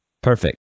perfect